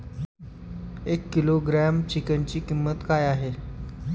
एक किलोग्रॅम चिकनची किंमत काय आहे?